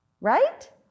right